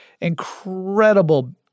Incredible